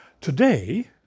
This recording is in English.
Today